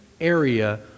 area